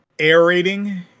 aerating